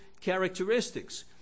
characteristics